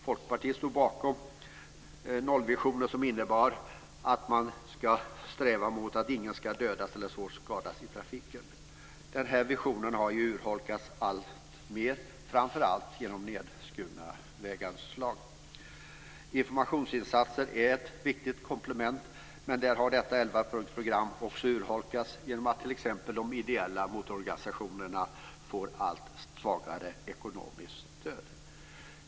Folkpartiet stod bakom nollvisionen, som innebär att man ska sträva efter att ingen ska dödas eller svårt skadas i trafiken. Denna vision har urholkats alltmer, framför allt genom nedskurna väganslag. Informationsinsatser är ett viktigt komplement. Men elvapunktsprogrammet har urholkats genom att t.ex. de ideella motororganisationerna får allt svagare ekonomiskt stöd.